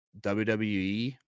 WWE